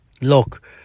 look